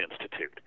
Institute